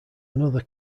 another